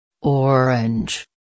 Orange